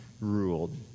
ruled